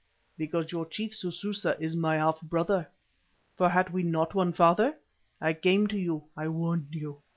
because your chief sususa is my half-brother for had we not one father i came to you, i warned you.